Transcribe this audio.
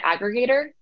aggregator